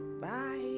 Bye